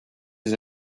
des